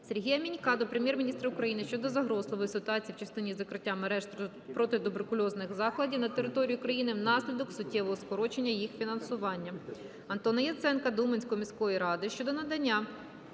Сергія Мінька до Прем'єр-міністра України щодо загрозливої ситуації в частині закриття мереж протитуберкульозних закладів на території України внаслідок суттєвого скорочення їх фінансування. Антона Яценка до Уманської міської ради щодо надання